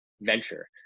venture